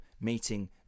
meeting